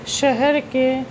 شہر کے